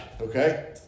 okay